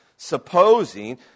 supposing